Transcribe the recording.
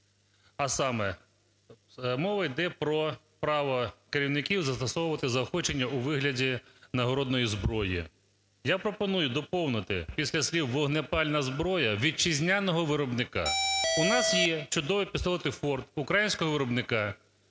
а саме: мова іде про право керівників застосовувати заохочення у вигляді нагородної зброї. Я пропоную доповнити після слів "вогнепальна зброя" "вітчизняного виробника". У нас є чудові пістолети "Форт" українського виробника.